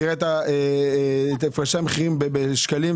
תראה את הפרשי המחירים בשקלים.